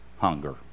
hunger